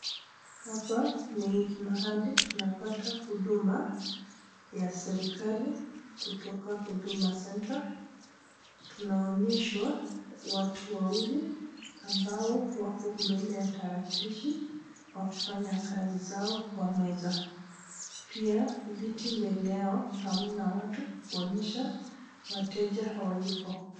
Hapa ni mahali tunapata huduma ya serikali kutoka Huduma centre, tunaonyeshwa watu wawili ambao wako mbele ya tarakilishi wakifanya kazi zao kwa meza, pia viti mbele yao hamna watu kumaanisha wateja hawayuko.